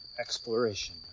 exploration